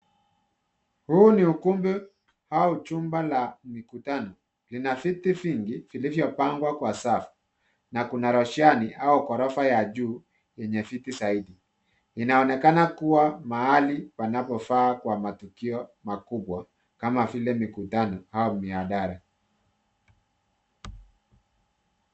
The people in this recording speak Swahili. Huu ni ukumbi au jumba la mkutano, lina viti vingi vilivopangwa kwa safu. Na kuna roshani au gorofa ya juu yenye viti zaidi. Inaonekana kuwa mahali panapofaa kwa matukio makubwa kama vile mikutano au mihadhara.